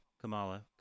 Kamala